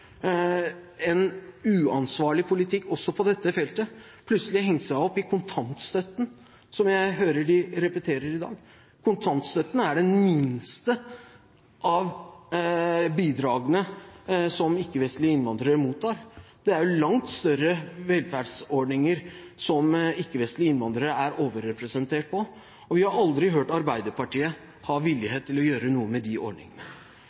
en uansvarlig politikk også på dette feltet – plutselig hengt seg opp i kontantstøtten, noe jeg hører de repeterer i dag. Kontantstøtten er det minste av bidragene som ikke-vestlige innvandrere mottar. Det er langt større velferdsordninger som ikke-vestlige innvandrere er overrepresentert på. Vi har aldri hørt Arbeiderpartiet være villige til å gjøre noe med de ordningene.